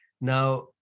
Now